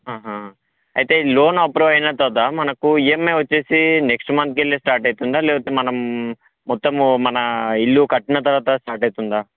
అయితే loan approval అయిన తర్వాత మనకు ఈఎంఐ వచ్చేసి నెక్ట్ మంత్ కెల్లి స్టార్ట్ అవుతుందా లేకపోతే మనం మొత్తము మన ఇల్లు కట్టిన తర్వాత స్టార్ట్ అవుతుందా